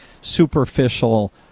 superficial